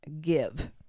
give